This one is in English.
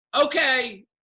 okay